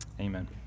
Amen